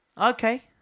Okay